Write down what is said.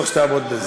אני אעמוד בזה.